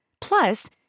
Plus